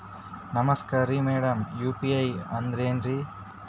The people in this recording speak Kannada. ನಮಸ್ಕಾರ್ರಿ ಮಾಡಮ್ ಯು.ಪಿ.ಐ ಅಂದ್ರೆನ್ರಿ?